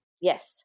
Yes